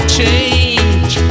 change